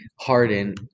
Harden